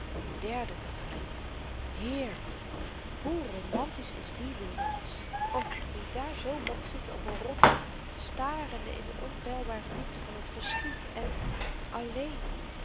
derde tafereel heerlyk hoe romantisch is die wildernis o wie daar zoo mocht zitten op n rots starende in de onpeilbare diepte van t verschiet en alléén